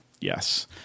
Yes